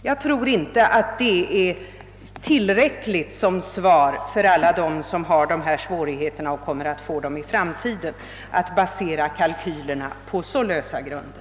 Jag tror inte att det är tillräckligt som besked till alla dem, som nu och i framtiden drabbas av dessa svårigheter, att åberopa kalkyler som är baserade på så lösa grunder.